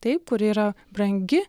taip kuri yra brangi